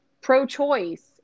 pro-choice